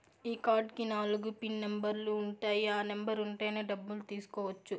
ఈ కార్డ్ కి నాలుగు పిన్ నెంబర్లు ఉంటాయి ఆ నెంబర్ ఉంటేనే డబ్బులు తీసుకోవచ్చు